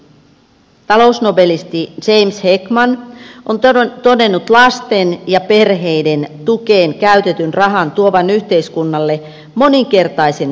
talousnobelisti james heckman on todennut lasten ja perheiden tukeen käytetyn rahan tuovan yhteiskunnalle moninkertaisen tuoton